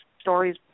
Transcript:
stories